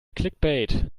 clickbait